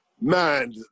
Man